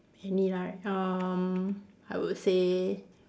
any like um I would say